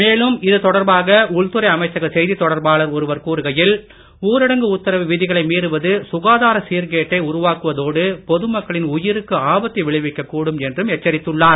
மேலும் இது தொடர்பாக உள்துறை அமைச்சக செய்தி தொடர்பாளர் ஒருவர் கூறுகையில் ஊரடங்கு உத்தரவு விதிகளை மீறுவது சுகாதார சீர்கேட்டை உருவாக்குவதோடு பொதுமக்களின் உயிருக்கு ஆபத்தை விளைவிக்க கூடும் என்றும் எச்சரித்துள்ளார்